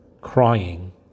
crying